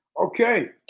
Okay